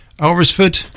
alresford